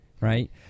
Right